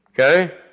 Okay